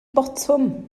botwm